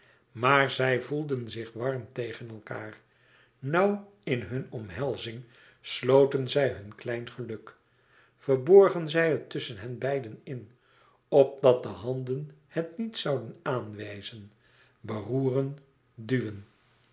maar zij voelden zich warm tegen elkaâr nauw in hunne omhelzing sloten zij hun klein geluk verborgen zij het tusschen henbeiden in opdat de handen het niet zouden aanwijzen beroeren duwen